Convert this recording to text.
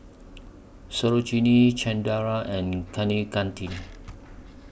Sarojini Chengara and Kaneganti